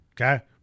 Okay